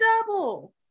double